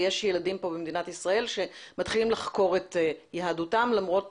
ויש ילדים במדינת ישראל שמתחילים לחקור את יהדותם למרות